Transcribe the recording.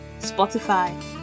Spotify